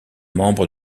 membre